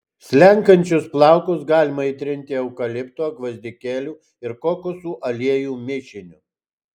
slenkančius plaukus galima įtrinti eukalipto gvazdikėlių ir kokosų aliejų mišiniu